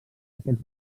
aquests